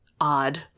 odd